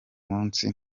munsi